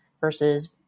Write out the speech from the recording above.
versus